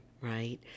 right